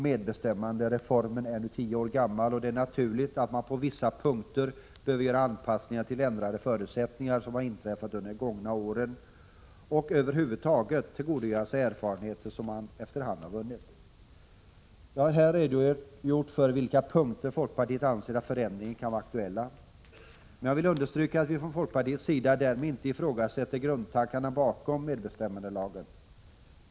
Medbestämmandereformen är nu tio år gammal, och det är naturligt att man på vissa punkter behöver göra anpassningar till ändrade förutsättningar som har uppstått under de gångna åren och över huvud taget tillgodogöra sig de erfarenheter som man efter hand har vunnit. Jag har här redogjort för på vilka punkter folkpartiet anser att förändringar kan vara aktuella. Men jag vill understryka att vi från folkpartiets sida därmed inte ifrågasätter grundtankarna bakom medbestämmandelagen.